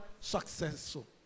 successful